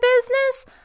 business